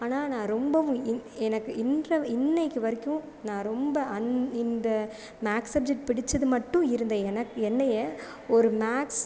ஆனால் நான் ரொம்பவும் இன் எனக்கு இன்று இன்றைக்கு வரைக்கும் நான் ரொம்ப அந் இந்த மேத்ஸ் சப்ஜெக்ட் பிடித்தது மட்டும் இருந்த எனக்கு என்னை ஒரு மேத்ஸ்